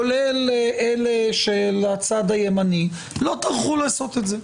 כולל אלה של הצד הימני, לא טרחו לעשות את זה.